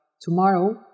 Tomorrow